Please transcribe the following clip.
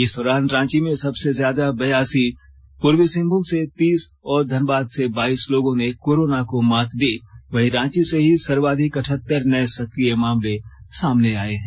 इस दौरान रांची में सबसे ज्यादा बिरासी पूर्वी सिंहभूम से तीस और धनबाद से बाइस लोगों ने कोरोना को मात दी वहीं रांची से ही सर्वाधिक अठत्तर नए सक्रिय मामले सामने आए हैं